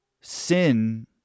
Sin